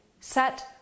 set